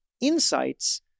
insights